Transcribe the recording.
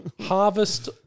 Harvest